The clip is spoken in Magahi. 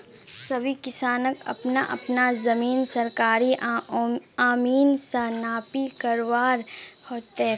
सभी किसानक अपना अपना जमीन सरकारी अमीन स नापी करवा ह तेक